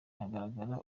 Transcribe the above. hagaragara